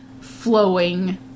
flowing